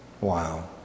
Wow